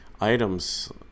items